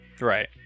right